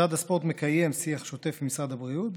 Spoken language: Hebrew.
משרד הספורט מקיים שיח שוטף עם משרד הבריאות,